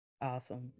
awesome